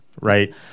right